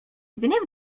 gniew